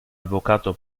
avvocato